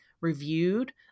reviewed